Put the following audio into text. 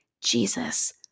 Jesus